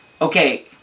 Okay